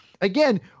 again